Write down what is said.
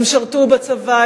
הם שירתו בצבא,